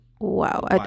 Wow